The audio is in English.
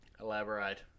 elaborate